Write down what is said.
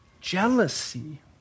Jealousy